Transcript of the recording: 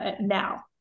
now